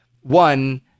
one